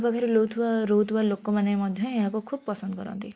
ଆଖପାଖରେ ଲଉଥିବା ରହୁଥିବା ଲୋକମାନେ ମଧ୍ୟ ଏହାକୁ ଖୁବ ପସନ୍ଦ କରନ୍ତି